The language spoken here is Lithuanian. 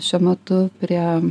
šiuo metu prie